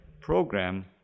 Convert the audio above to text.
program